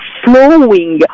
flowing